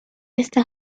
esta